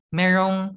merong